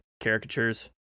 caricatures